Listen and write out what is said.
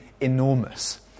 enormous